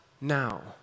now